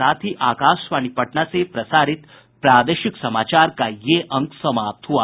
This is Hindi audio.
इसके साथ ही आकाशवाणी पटना से प्रसारित प्रादेशिक समाचार का ये अंक समाप्त हुआ